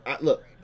look